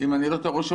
אם אני לא טועה,